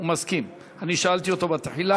הוא מסכים, אני שאלתי אותו בתחילה.